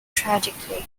tragically